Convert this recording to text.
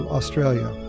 Australia